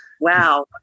Wow